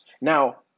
Now